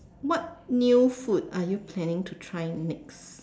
what new food are you planning to try next